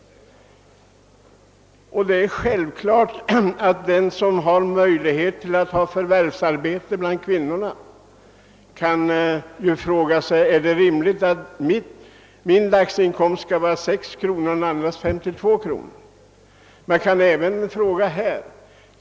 Det är självklart att den kvinna som har möjlighet till förvärvsarbete frågar sig om det är rimligt att hennes dagsinkomst skall vara 52 kronor, medan andra kvinnor endast får 6 kronor.